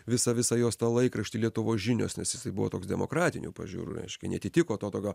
visą visą jos tą laikraštį lietuvos žinios nes jisai buvo toks demokratinių pažiūrų reiškia neatitiko to tokio